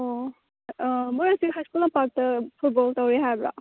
ꯑꯣ ꯃꯈꯣꯏ ꯑꯁꯤ ꯍꯥꯏ ꯁ꯭ꯀꯨꯜ ꯂꯝꯄꯥꯛꯇ ꯐꯨꯠꯕꯣꯜ ꯇꯧꯏ ꯍꯥꯏꯕ꯭ꯔꯣ